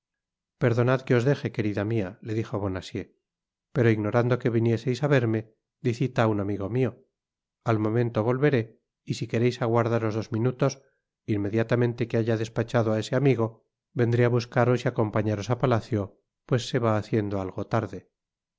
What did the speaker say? perdonad que os deje querida mía le dijo bonacieux pero ignorando que vinieseis á verme di cita á un amigo mio al momento volveré y si quereis aguardaros dos minutos inmediatamente que haya despachado á ese amigo vendré á buscaros y acompañaros á palacio pues se va haciendo algo tarde